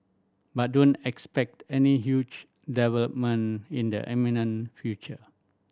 but don't expect any huge development in the imminent future